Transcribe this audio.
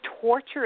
torture